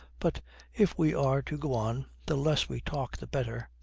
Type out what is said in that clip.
but if we are to go on, the less we talk the better.